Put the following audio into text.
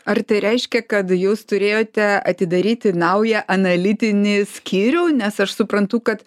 ar tai reiškia kad jūs turėjote atidaryti naują analitinį skyrių nes aš suprantu kad